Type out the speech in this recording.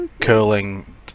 curling